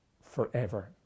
forever